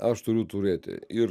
aš turiu turėti ir